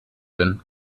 dünn